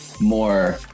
more